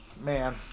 Man